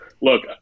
Look